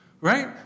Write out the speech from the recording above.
Right